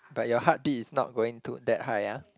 but your heartbeat is not going to that high ah